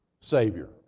Savior